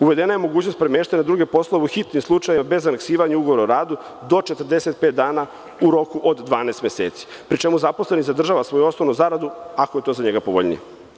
Uvedena je mogućnost premeštanja na druge poslove u hitnim slučajevima, bez aneksiranja ugovora o radu do 45 dana u roku od 12 meseci, pri čemu zaposleni zadržava svoju osnovnu zaradu, ako je to za njega povoljnije.